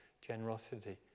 generosity